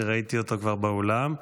שראיתי אותו כבר באולם.